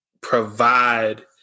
provide